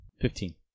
Fifteen